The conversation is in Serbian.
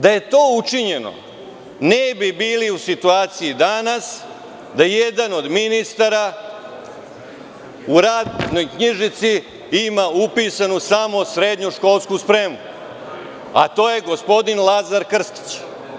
Da je to učinjeno, ne bi bili u situaciji danas da jedan od ministara u radnoj knjižici ima upisano samo srednju školsku spremu, a to je gospodin Lazar Krstić.